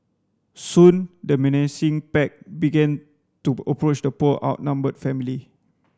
soon the menacing pack began to approach the poor outnumbered family